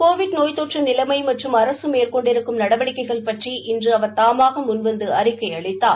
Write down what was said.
Covid நோய் தொற்று நிலைமை மற்றும் அரசு மேற்கொண்டிருக்கும் நடவடிக்கைகள் பற்றி இன்று அவர் தாமாக முன்வந்து அறிக்கை அளித்தார்